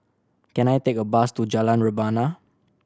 can I take a bus to Jalan Rebana